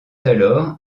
alors